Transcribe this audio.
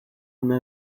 una